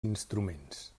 instruments